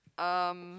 um